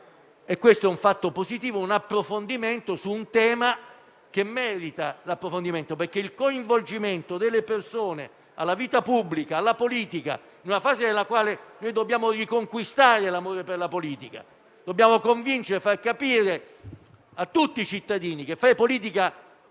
e questo è un fatto positivo - su una questione che merita un approfondimento. Si tratta del coinvolgimento delle persone alla vita pubblica, alla politica, in una fase nella quale dobbiamo riconquistare l'amore per la politica: dobbiamo convincere, far capire a tutti i cittadini che fare politica